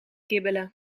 kibbelen